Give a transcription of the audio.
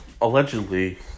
allegedly